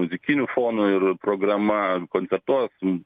muzikiniu fonu ir programa koncertuos